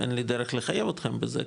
אין לי דרך לחייב אותכם בזה,